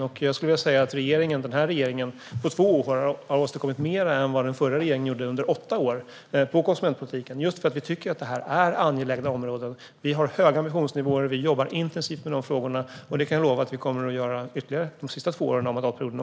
Den här regeringen har på två år åstadkommit mer än vad den förra regeringen gjorde under åtta på konsumentpolitikens område just för att vi tycker att de är angelägna områden. Vi har höga ambitionsnivåer, och vi jobbar intensivt med de frågorna. Det kan jag lova att vi kommer att göra ytterligare också de sista två åren av mandatperioden.